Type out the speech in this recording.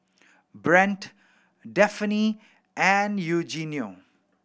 Brant Daphne and Eugenio